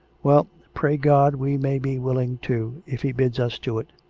well, pray god we may be willing, too, if he bids us to it.